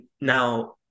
now